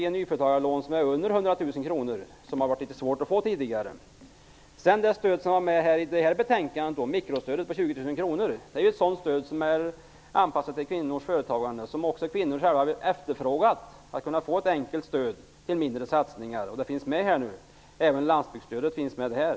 Utvecklingsfonderna kan också ge nyföretagarlån som understiger 100 000 kr, något som det tidigare har varit ganska svårt att få. Mikrostödet på 20 000 kr är ett stöd anpassat till kvinnors företagande. Dessutom har kvinnorna själva efterfrågat ett enkelt stöd till mindre satsningar. Ett sådant finns med här. Även landsbygdsstödet finns med här.